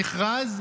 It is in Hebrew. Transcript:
המכרז,